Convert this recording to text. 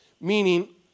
Meaning